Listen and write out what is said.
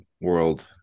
World